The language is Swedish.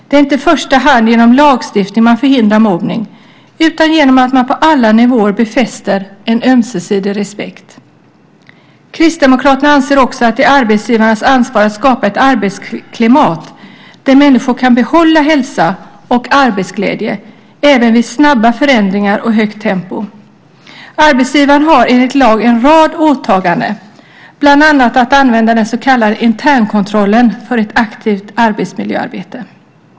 Det är inte i första hand genom lagstiftning man förhindrar mobbning utan genom att på alla nivåer befästa en ömsesidig respekt. Kristdemokraterna anser också att det är arbetsgivarens ansvar att skapa ett arbetsklimat där människor kan behålla hälsa och arbetsglädje även vid snabba förändringar och högt tempo. Arbetsgivaren har enligt lag en rad åtaganden, bland annat att använda den så kallade internkontrollen för ett aktivt arbetsmiljöarbete.